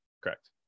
Correct